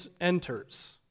enters